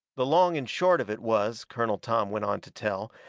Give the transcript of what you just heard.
the long and short of it was, colonel tom went on to tell,